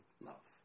love